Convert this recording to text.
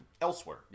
elsewhere